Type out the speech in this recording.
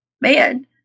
Man